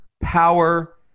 power